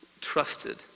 trusted